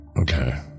Okay